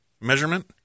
measurement